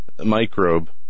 microbe